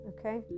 okay